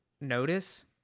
notice